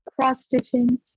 cross-stitching